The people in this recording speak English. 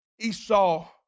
Esau